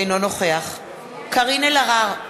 אינו נוכח קארין אלהרר,